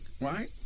right